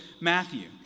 Matthew